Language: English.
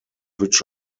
which